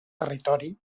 territori